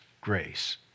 grace